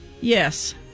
Yes